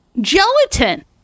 gelatin